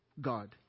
God